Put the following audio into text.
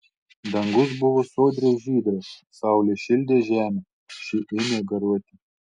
dangus buvo sodriai žydras saulė šildė žemę ši ėmė garuoti